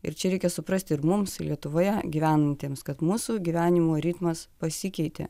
ir čia reikia suprasti ir mums ir lietuvoje gyvenantiems kad mūsų gyvenimo ritmas pasikeitė